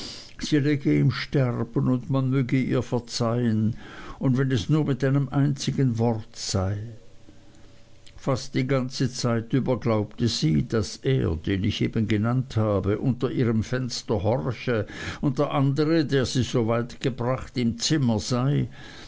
im sterben und man möge ihr verzeihen und wenn es nur mit einem einzigen worte sei fast die ganze zeit über glaubte sie daß er den ich eben genannt habe unter ihrem fenster horche und der andere der sie so weit gebracht im zimmer sei